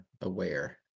aware